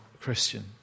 Christian